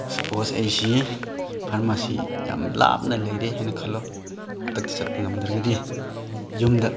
suppose ꯑꯩꯁꯤ ꯐꯥꯔꯃꯥꯁꯤ ꯌꯥꯝ ꯂꯥꯞꯅ ꯂꯩꯔꯦ ꯍꯥꯏꯅ ꯈꯜꯂꯣ ꯈꯨꯗꯛꯇ ꯆꯠꯄ ꯉꯝꯗ꯭ꯔꯒꯗꯤ ꯌꯨꯝꯗ